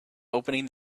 opening